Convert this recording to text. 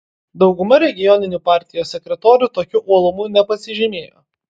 dauguma regioninių partijos sekretorių tokiu uolumu nepasižymėjo